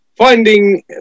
Finding